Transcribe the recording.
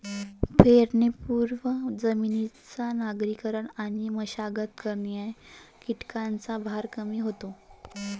पेरणीपूर्वी जमिनीची नांगरणी आणि मशागत केल्याने किडीचा भार कमी होतो